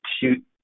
shoot